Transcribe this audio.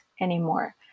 anymore